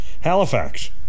Halifax